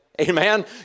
Amen